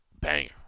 banger